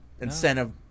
incentive